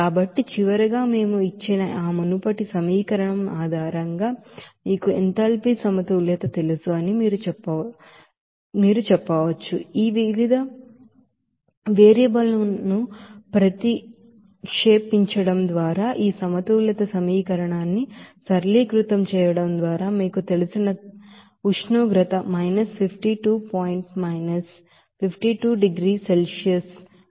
కాబట్టి చివరగా మేము ఇచ్చిన ఆ మునుపటి సమీకరణం ఆధారంగా మీకు ఎంథాల్పీ ಬ್ಯಾಲೆನ್ಸ್ తెలుసు అని మీరు చేస్తే ఈ వివిధ వేరియబుల్ ను ప్రతిక్షేపించడం ద్వారా ఈ ಬ್ಯಾಲೆನ್ಸ್ ಈಕ್ವಾಶನ್న్ని సరళీకృతం చేయడం ద్వారా మీకు తెలిసిన తరువాత ఉష్ణోగ్రత 52 పాయింట్ మైనస్ 52 డిగ్రీల సెల్సియస్ గా మీకు తెలుసు